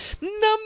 Number